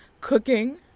cooking